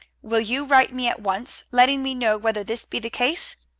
will you write me at once, letting me know whether this be the case?